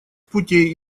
путей